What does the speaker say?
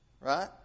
right